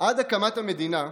עד הקמת המדינה,